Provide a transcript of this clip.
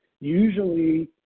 usually